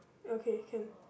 okay can